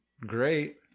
great